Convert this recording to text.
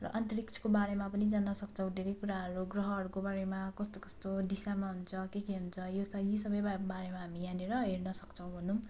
र अन्तरिक्षको बारेमा पनि जान्न सक्छौँ धेरै कुराहरू ग्रहहरूको बारेमा कस्तो कस्तो दिशामा हुन्छ के के हुन्छ यो यी समयमा बारेमा हामी यहाँनिर हेर्न सक्छौँ भनौँ